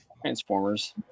Transformers